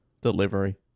Delivery